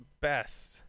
best